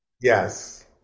Yes